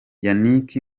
yannick